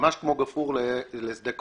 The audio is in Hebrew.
ממש כמו גפרור בשדה קוצים.